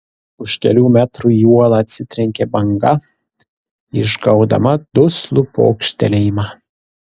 už kelių metrų į uolą atsitrenkė banga išgaudama duslų pokštelėjimą